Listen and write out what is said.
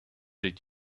did